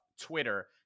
Twitter